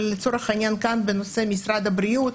אבל לצורך העניין כאן בנושא משרד הבריאות,